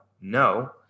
no